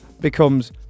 becomes